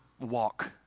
walk